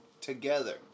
together